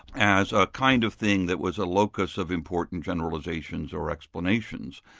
as a kind of thing that was a locus of important generalisations or explanations,